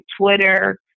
Twitter